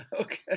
Okay